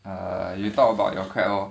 err you talk about your crab oh